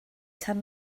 tan